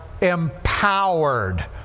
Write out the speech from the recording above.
empowered